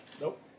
Nope